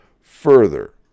Further